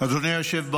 לכבוד הוא לנו שאתם